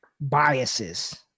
biases